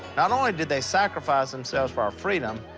not only did they sacrifice themselves for our freedom,